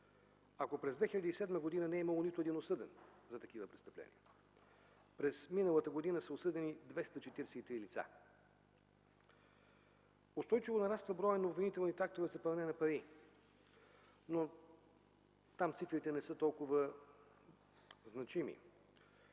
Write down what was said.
Ако през 2007 г. не е имало нито един осъден за такива престъпления, през миналата година са осъдени 243 лица. Устойчиво нараства броят на обвинителните актове за пране на пари. Там обаче цифрите не са толкова значими.